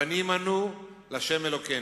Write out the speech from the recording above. בנים אנו לה' אלוקינו,